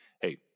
Hey